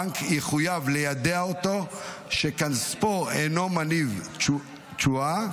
הבנק יחויב ליידע אותו שכספו אינו מניב תשואה.